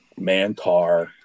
Mantar